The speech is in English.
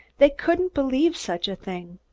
they couldn't believe such a thing.